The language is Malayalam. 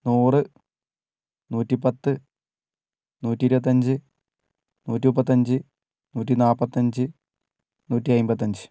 നൂറ് നൂറ്റിപ്പത്ത് നൂറ്റി ഇരുപത്തി അഞ്ച് നൂറ്റി മുപ്പത്തി അഞ്ച് നൂറ്റി നാൽപ്പത്തി അഞ്ച് നൂറ്റി അൻപത്തി അഞ്ച്